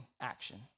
action